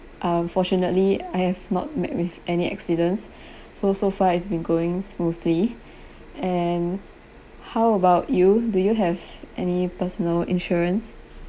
um fortunately I have not met with any accidents so so far it's been going smoothly and how about you do you have any personal insurance